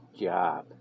job